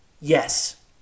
Yes